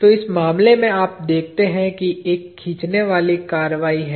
तो इस मामले में आप देखते हैं कि एक खींचने वाली कार्रवाई है